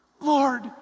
Lord